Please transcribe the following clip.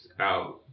out